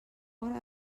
fora